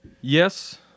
yes